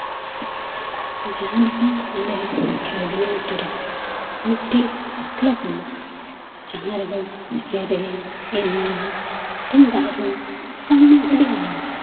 ᱡᱟᱦᱟᱸ ᱞᱮᱠᱟ ᱟᱞᱮ ᱠᱷᱟᱭᱟᱨᱵᱚᱱᱤ ᱟᱛᱳ ᱨᱮ ᱢᱤᱫᱴᱤᱡ ᱠᱞᱟᱵᱽ ᱢᱮᱱᱟᱜᱼᱟ ᱡᱟᱦᱟᱸ ᱨᱮᱫᱚ ᱥᱮᱨᱮᱧ ᱮᱱᱮᱡ ᱛᱩᱢᱫᱟᱜ ᱨᱩ ᱚᱱᱠᱟᱢᱟ ᱟᱹᱰᱤ ᱟᱭᱢᱟ